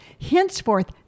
Henceforth